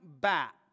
back